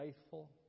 faithful